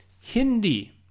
Hindi